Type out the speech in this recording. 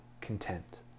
content